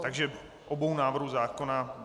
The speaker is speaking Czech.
Takže obou návrhů zákona.